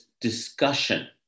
discussion